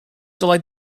dylai